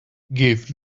give